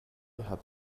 hat